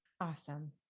awesome